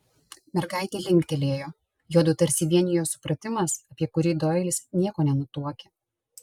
mergaitė linktelėjo juodu tarsi vienijo supratimas apie kurį doilis nieko nenutuokė